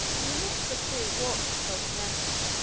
in the midst of whom walked the sultaness,